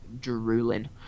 drooling